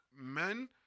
men